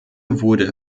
wurde